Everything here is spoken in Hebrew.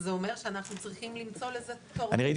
זה אומר שאנחנו צריכים למצוא לזה תורם --- אני ראיתי